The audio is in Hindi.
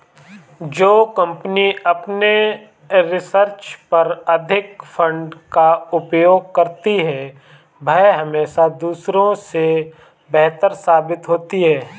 जो कंपनी अपने रिसर्च पर अधिक फंड का उपयोग करती है वह हमेशा दूसरों से बेहतर साबित होती है